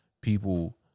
people